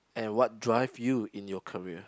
and what drive you in your career